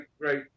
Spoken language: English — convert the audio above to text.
great